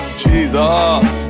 jesus